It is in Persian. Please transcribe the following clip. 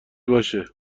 باشه